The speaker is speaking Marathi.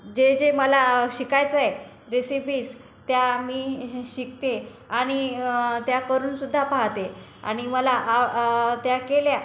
जे जे मला शिकायचंय रेसिपीज त्या मी शिकते आणि त्या करून सुद्धा पाहते आणि मला आ त्या केल्या